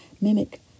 mimic